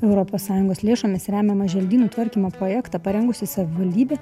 europos sąjungos lėšomis remiamą želdynų tvarkymo projektą parengusi savivaldybė